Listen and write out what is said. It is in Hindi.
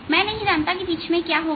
मैं नहीं जानता कि बीच में क्या होगा